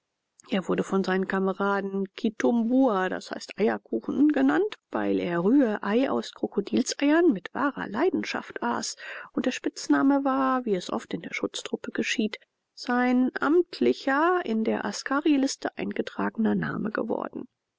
er wurde von seinen kameraden kitumbua d h eierkuchen genannt weil er rührei aus krokodilseiern mit wahrer leidenschaft aß und der spitzname war wie es oft in der schutztruppe geschieht sein amtlicher in der askariliste eingetragener name geworden